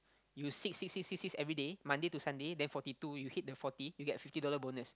you six six six six six everyday Monday to Sunday then forty two you hit the forty you get fifty dollar bonus